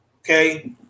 Okay